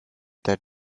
that